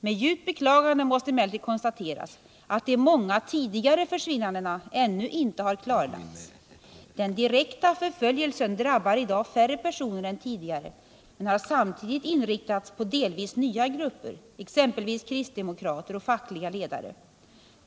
Med djupt beklagande måste emellertid konstateras att de många tidigare försvinnandena ännu inte har klarlagts. Den direkta förföljelsen drabbar i dag färre personer än tidigare men har samtidigt inriktats på delvis nya grupper, exempelvis kristdemokrater och fackliga ledare.